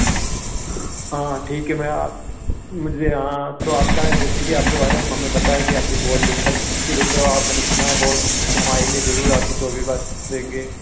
हाँ ठीक है मैं मुझे हाँ तो आपका जैसे कि आपके बारे में हमें बताया है कि अपकी बहुत बिज़नस अच्छी देते हो आप मैंने सुना है बहुत तो हम आएँगे ज़रूर आपकी चोकलेट बार लेंगे